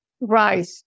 Right